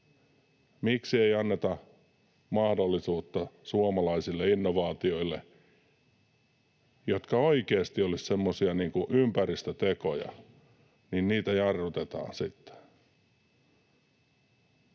Miksi ei anneta mahdollisuutta suomalaisille innovaatioille, jotka oikeasti olisivat ympäristötekoja, vaan niitä jarrutetaan?